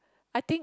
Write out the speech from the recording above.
I think